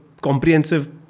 comprehensive